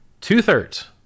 Two-thirds